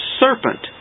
serpent